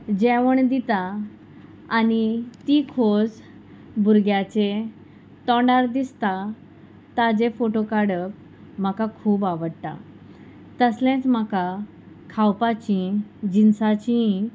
जेवण दिता आनी ती खोस भुरग्याचे तोंडार दिसता ताजे फोटो काडप म्हाका खूब आवडटा तसलेंच म्हाका खावपाचीं जिन्साचींय